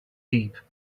deep